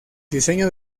diseño